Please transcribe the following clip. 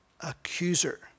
accuser